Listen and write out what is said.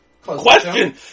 Question